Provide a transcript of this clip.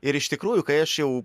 ir iš tikrųjų kai aš jau